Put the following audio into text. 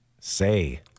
say